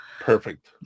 Perfect